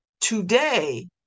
today